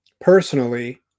personally